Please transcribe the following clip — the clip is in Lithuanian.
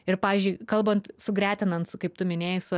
ir pavyzdžiui kalbant sugretinant su kaip tu minėjai su